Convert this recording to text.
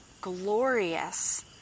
glorious